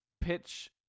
pitch